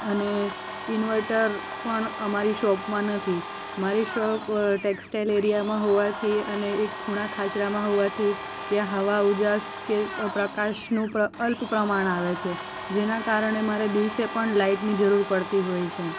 અને ઈન્વર્ટર પણ અમારી શોપમાં નથી મારી શોપ ટેક્સ્ટાઈલ એરિયામાં હોવાથી અને એક ખૂણા ખાંચડામાં હોવાથી ત્યાં હવા ઉજાસ કે પ્રકાશનું અલ્પ પ્રમાણ આવે છે જેના કારણે મારે દિવસે પણ લાઇટની જરૂર પડતી હોય છે